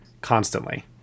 constantly